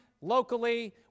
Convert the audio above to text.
locally